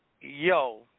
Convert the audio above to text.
yo